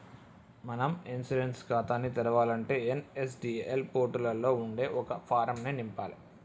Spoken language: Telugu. మనం ఇన్సూరెన్స్ ఖాతాని తెరవాలంటే ఎన్.ఎస్.డి.ఎల్ పోర్టులలో ఉండే ఒక ఫారం ను నింపాలి